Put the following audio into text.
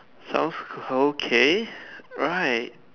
sounds okay right